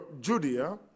Judea